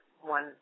one